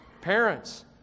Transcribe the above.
parents